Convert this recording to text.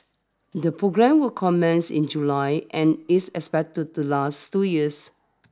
the programme will commence in July and is expected to last two years